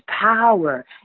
power